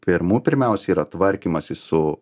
pirmų pirmiausia yra tvarkymasis su